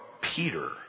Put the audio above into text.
Peter